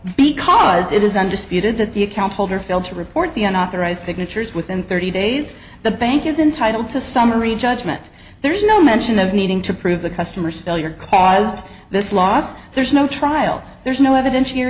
because it is undisputed that the account holder failed to report the unauthorized signatures within thirty days the bank is entitled to summary judgment there's no mention of needing to prove the customer's failure caused this loss there's no trial there's no eviden